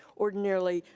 ordinarily,